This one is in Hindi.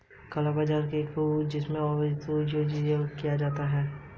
काला बाजार एक गुप्त बाजार या लेनदेन की श्रृंखला है जिसमें अवैधता के कुछ पहलू होते हैं